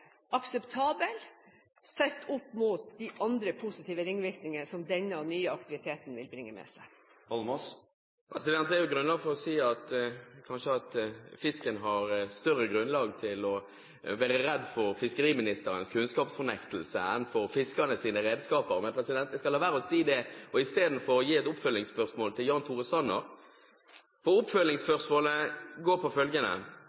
sett opp mot de andre positive ringvirkningene som denne nye aktiviteten vil bringe med seg. Det er kanskje grunnlag for å si at fisken har større grunn til å være redd for fiskeriministerens kunnskapsfornektelse enn for fiskernes redskaper, men jeg skal la være å si det, og istedenfor stille et oppfølgingsspørsmål til Jan Tore Sanner. Oppfølgingsspørsmålet går på følgende: